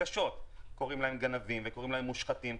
קוראים להם "גנבים" ו"מושחתים".